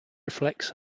reflects